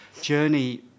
journey